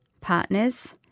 partners